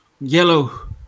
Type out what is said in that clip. Yellow